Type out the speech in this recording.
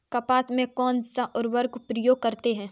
कपास में कौनसा उर्वरक प्रयोग करते हैं?